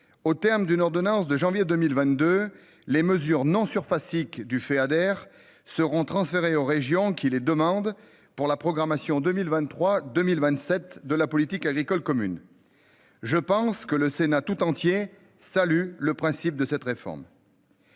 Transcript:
au terme d'une ordonnance de janvier 2022, les mesures n'en surface du Feader seront transférées aux régions qui les demandent, pour la programmation 2023 2027, de la politique agricole commune. Je pense que le Sénat tout entier. Salut. Le principe de cette réforme.--